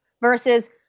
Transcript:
versus